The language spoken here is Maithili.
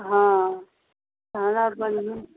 हँ हमरा बढ़िआँ